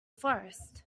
forest